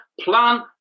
plan